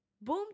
Boom